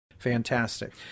Fantastic